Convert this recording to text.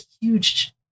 huge